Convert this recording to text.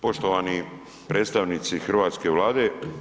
Poštovani predstavnici hrvatske Vlade.